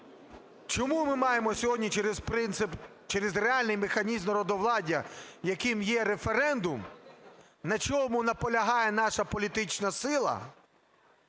Чому ми маємо сьогодні через принцип, через реальний механізм народовладдя, яким є референдум, на чому наполягає наша політична сила,